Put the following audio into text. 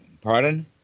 Pardon